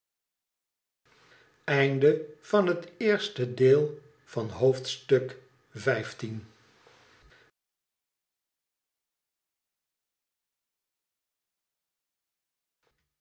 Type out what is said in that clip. hoofdstuk van het eerste deel van het